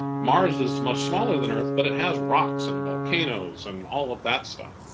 mars is much smaller than earth, but it has rocks and volcanoes and all of that stuff.